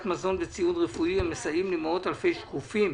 מזון וצייוד רפואי המסייעים למאות אלפי "שקופים"